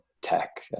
tech